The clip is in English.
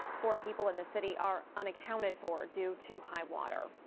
four people in the city are unaccounted for. due to high water.